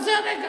בזה הרגע.